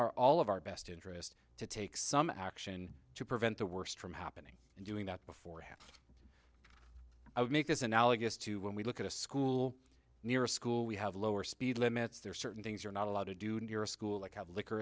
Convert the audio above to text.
our all of our best interest to take some action to prevent the worst from happening and doing that before have i would make this analogous to when we look at a school near a school we have lower speed limits there are certain things you're not allowed to do in your school like have liquor